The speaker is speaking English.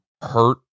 hurt